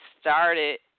started